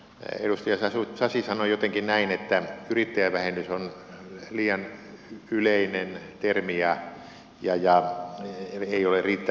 edustaja sasi sanoi jotenkin näin että yrittäjävähennys on liian yleinen termi ja ei ole riittävän perusteltu